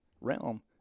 realm